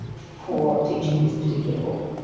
for teaching this particular book.